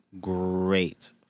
great